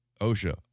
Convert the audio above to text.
OSHA